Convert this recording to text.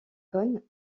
cônes